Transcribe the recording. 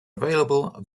available